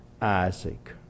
Isaac